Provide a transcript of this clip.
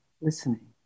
listening